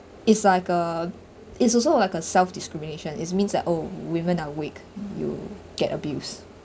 it's like a it's also like a self discrimination is means that oh women are weak you get abused